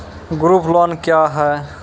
Group loan क्या है?